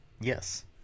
yes